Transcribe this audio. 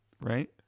right